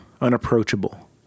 unapproachable